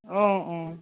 অ অ